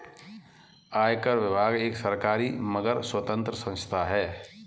आयकर विभाग एक सरकारी मगर स्वतंत्र संस्था है